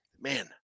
man